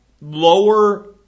lower